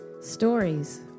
stories